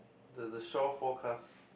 the the shore forecast